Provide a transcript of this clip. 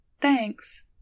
Thanks